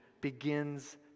begins